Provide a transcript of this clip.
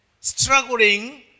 struggling